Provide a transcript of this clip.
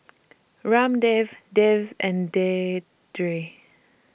Ramdev Dev and Vedre